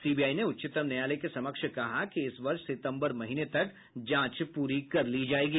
CBI ने उच्चतम न्यायालय के समक्ष कहा कि इस वर्ष सितम्बर महीने तक जांच पूरी कर ली जायेगी